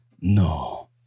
No